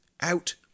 out